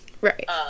Right